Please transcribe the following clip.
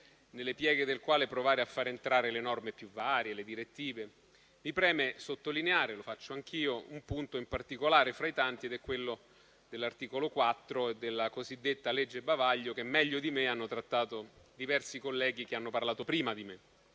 nelle pieghe del quale provare a far entrare le norme più varie e le direttive - mi preme sottolineare - lo faccio anch'io - un punto in particolare fra i tanti, ed è quello dell'articolo 4 e della cosiddetta legge bavaglio che meglio di me hanno trattato diversi colleghi intervenuti in precedenza.